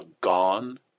gone